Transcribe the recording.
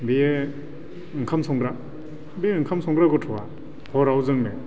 बियो ओंखाम संग्रा बे ओंखाम संग्रा गथ'आ हराव जोंनो